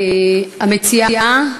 המציעה,